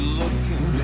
looking